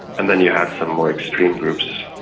and then you had some more extreme groups,